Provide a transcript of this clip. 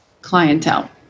clientele